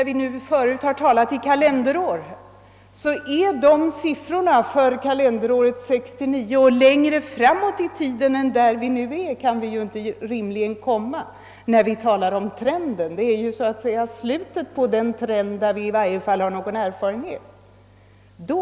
Vi har förut talat om kalenderåret 1969, och längre framåt i tiden än där vi nu är kan vi ju rimligen inte komma när vi talar om trenden. Vi är ju så att säga i slutet av den trend vi ju åtminstone har någon erfarenhet av.